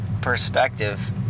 perspective